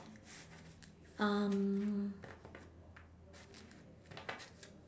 um